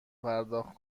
پرداخت